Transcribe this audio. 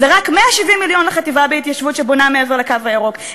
זרק 170 מיליון לחטיבה להתיישבות שבונה מעבר לקו הירוק,